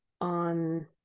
on